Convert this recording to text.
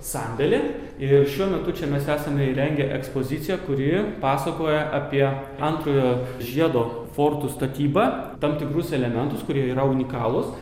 sandėlį ir šiuo metu čia mes esame įrengę ekspoziciją kuri pasakoja apie antrojo žiedo fortų statybą tam tikrus elementus kurie yra unikalūs